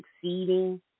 succeeding